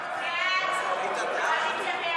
2 נתקבלו.